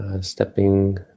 Stepping